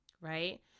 Right